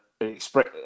express